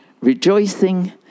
rejoicing